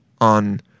on